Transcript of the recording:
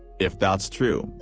if that's true,